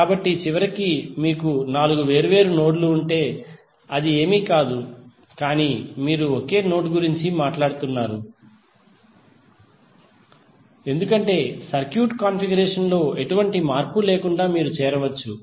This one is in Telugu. కాబట్టి చివరికి మీకు నాలుగు వేర్వేరు నోడ్లు ఉంటే అది ఏమీ కాదు కానీ మీరు ఒకే నోడ్ గురించి మాట్లాడుతున్నారు ఎందుకంటే సర్క్యూట్ కాన్ఫిగరేషన్ లో ఎటువంటి మార్పు లేకుండా మీరు చేరవచ్చు